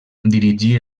dirigí